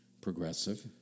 progressive